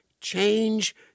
change